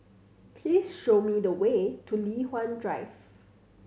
please show me the way to Li Hwan Drive